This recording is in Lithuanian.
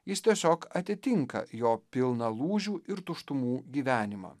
jis tiesiog atitinka jo pilną lūžių ir tuštumų gyvenimą